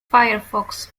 firefox